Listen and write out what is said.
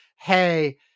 hey